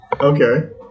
Okay